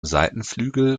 seitenflügel